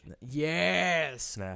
Yes